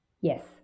Yes